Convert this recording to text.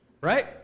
Right